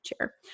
chair